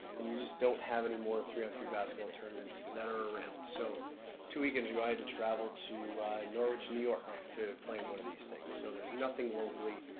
and you just don't have anymore three on three basketball tournaments that are around. so two weekends ago i had to travel to norwich, new york to play in one of these things. so there's nothing locally.